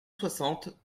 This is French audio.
soixante